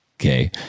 Okay